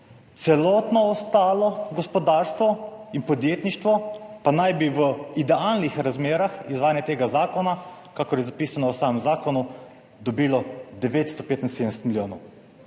celotno ostalo gospodarstvo in podjetništvo pa naj bi v idealnih razmerah izvajanja tega zakona, kakor je zapisano v samem zakonu, dobilo 975 milijonov.